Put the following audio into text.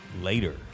later